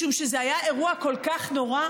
משום שזה היה אירוע כל כך נורא.